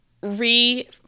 re-